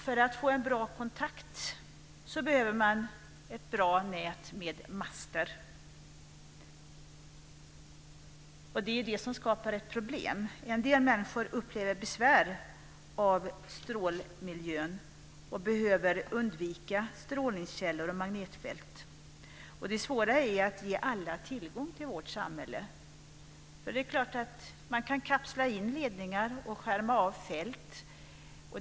För att få en bra kontakt behöver man ett bra nät med master, och det är ju det som skapar problem. En del människor upplever besvär av strålmiljön och behöver undvika strålningskällor och magnetfält. Det svåra är att ge alla tillgång till vårt samhälle. Det är klart att man kan kapsla in ledningar och skärma av fält.